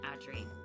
Audrey